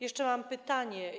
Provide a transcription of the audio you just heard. Jeszcze mam pytanie.